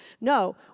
No